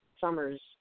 summers